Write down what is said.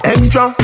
Extra